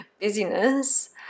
busyness